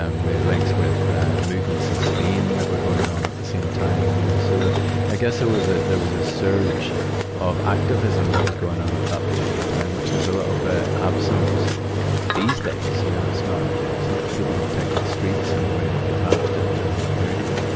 um they had links with movements in spain that were going on at the same time, you know. so the i guess there was, ah there was a surge of activism that was going on at that particular time, time, which is a little absent these days, you know. it's not, it's not, people don't take to the streets in the way that they perhaps did during that period.